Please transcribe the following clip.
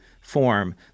form